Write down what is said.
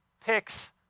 picks